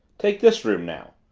take this room now.